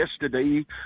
yesterday